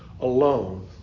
alone